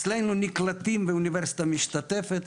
אצלנו נקלטים והאוניברסיטה משתתפת,